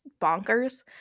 bonkers